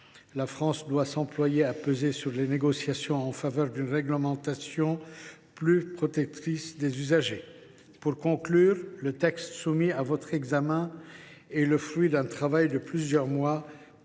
La France doit s’employer à peser sur les négociations en faveur d’une réglementation plus protectrice des usagers. Pour conclure, le texte soumis à votre examen est le fruit d’un travail de plusieurs mois,